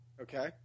Okay